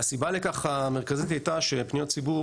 והסיבה המרכזית לכך הייתה שפניות ציבור